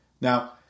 Now